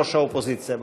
ראש האופוזיציה.